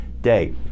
day